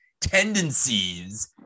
tendencies